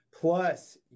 plus